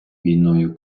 війною